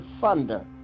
thunder